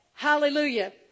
Hallelujah